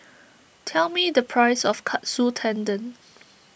tell me the price of Katsu Tendon